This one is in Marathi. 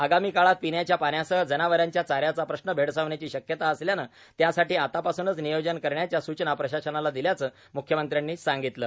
आगामी काळात पिण्याच्या पाण्यासह जनावरांच्या चाऱ्याचा प्रश्न भेडसावण्याची शक्यता असल्यानं त्यासाठी आतापासूनच नियोजन करण्याच्या सूचना प्रशासनाला दिल्याचं म्ख्यमंत्र्यांनी सांगितलं